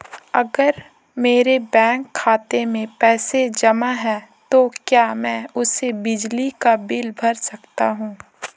अगर मेरे बैंक खाते में पैसे जमा है तो क्या मैं उसे बिजली का बिल भर सकता हूं?